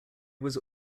was